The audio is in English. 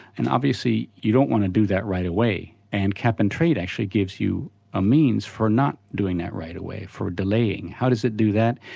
and obviously you don't want to do that right away, and cap and trade actually gives you a means for not doing that right away, for delaying. how does it do that?